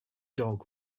dog